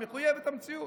המחויבת מציאות.